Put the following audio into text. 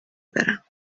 برم